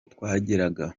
twageraga